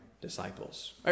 disciples